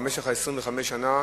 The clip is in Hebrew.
במשך 25 השנה,